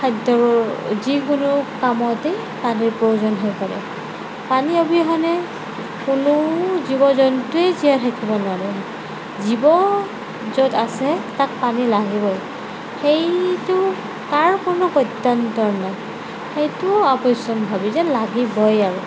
খাদ্যৰ যিকোনো কামতে পানীৰ প্ৰয়োজন হৈ থাকে পানী অবিহনে কোনো জীৱ জন্তুৱেই জীয়াই থাকিব নোৱাৰে জীৱ য'ত আছে তাত পানী লাগিবই সেইটো তাৰ কোনো গত্যন্তৰ নাই সেইটো অৱশ্যম্ভাৱী যে লাগিবই আৰু